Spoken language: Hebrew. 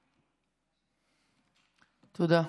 תודה.